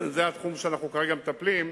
זה התחום שאנו כרגע מטפלים,